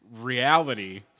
reality